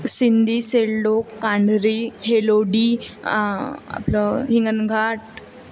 सिंधी सेल्लोक कांढरी हेलोडी आपलं हिंगनघाट